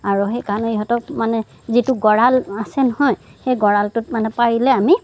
আৰু সেইকাৰণে ইহঁতক মানে যিটো গঁৰাল আছে নহয় সেই গঁৰালটোত মানে পাৰিলে আমি